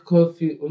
Coffee